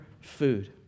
food